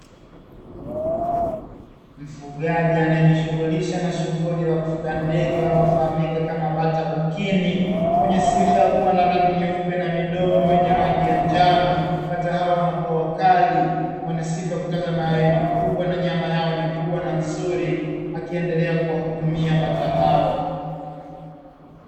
Mfugaji anayejihusisha na shughuli ya ufugaji wa ndege wanaofahamika kama bata bukini, wenye sifa ya rangi nyeupe na midomo yenye rangi ya njano. Bata hawa ni wakali wanasifa ya kutaga mayai makubwa na nyama yao ni kubwa na nzuri akiendelea kuwahudumia bata hao.